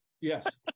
Yes